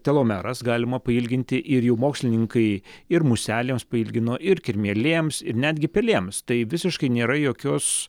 telomeras galima pailginti ir jau mokslininkai ir muselėms pailgino ir kirmėlėms ir netgi pelėms tai visiškai nėra jokios